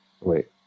Wait